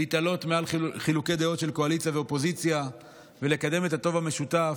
להתעלות מעל חילוקי דעות של קואליציה ואופוזיציה ולקדם את הטוב המשותף,